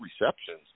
receptions